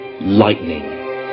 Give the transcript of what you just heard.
lightning